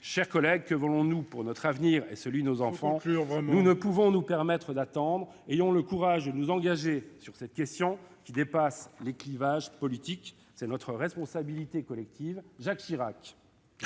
chers collègues, que voulons-nous pour notre avenir et celui de nos enfants ? Il faut vraiment conclure. Nous ne pouvons nous permettre d'attendre. Ayons le courage de nous engager sur cette question qui dépasse les clivages politiques : c'est notre responsabilité collective. Jacques Chirac